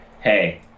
hey